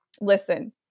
listen